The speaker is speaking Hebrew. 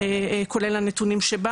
כולל הנתונים שבה